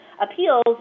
appeals